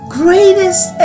greatest